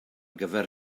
gyfer